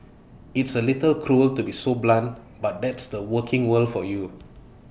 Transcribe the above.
it's A little cruel to be so blunt but that's the working world for you